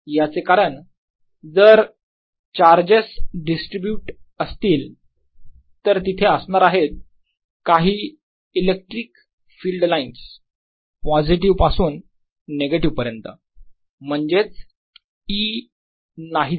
याचे कारण जर चार्जेस डिस्ट्रीब्यूट असतील तर तिथे असणार आहेत काही इलेक्ट्रिक फिल्ड लाइनस पॉझिटिव्ह पासून निगेटिव्ह पर्यंत म्हणजेच E नाही 0